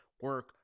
Work